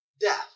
Death